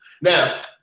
Now